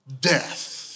death